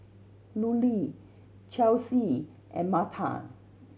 Lulie Chelsy and Martha